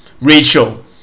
rachel